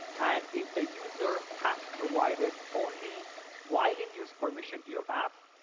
and if the user has provided only while-in-use permission to your app,